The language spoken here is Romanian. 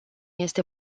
este